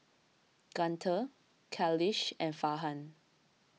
Guntur Khalish and Farhan